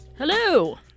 Hello